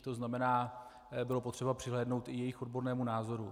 To znamená bylo potřeba přihlédnout i k jejich odbornému názoru.